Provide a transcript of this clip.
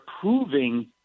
proving